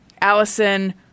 Allison